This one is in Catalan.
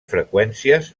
freqüències